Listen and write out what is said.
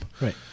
Right